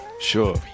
Sure